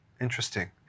interesting